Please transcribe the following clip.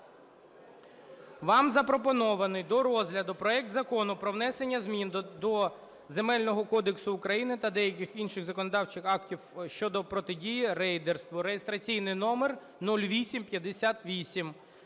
Вам запропонований до розгляду проект Закону про внесення змін до Земельного кодексу України та деяких інших законодавчих актів щодо протидії рейдерству (реєстраційний номер 0858).